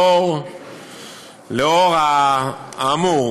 לאור האמור,